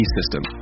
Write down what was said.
System